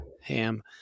ham